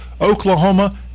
Oklahoma